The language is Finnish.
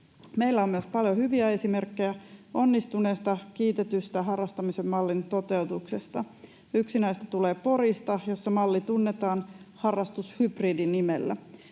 Meillä on myös paljon hyviä esimerkkejä onnistuneesta, kiitetystä harrastamisen mallin toteutuksesta. Yksi näistä tulee Porista, jossa malli tunnetaan Harrastushybridi-nimellä.